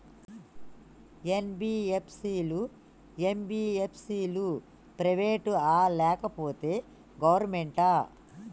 NBFC లు, MBFC లు private ఆ లేకపోతే గవర్నమెంటా?